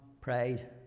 prayed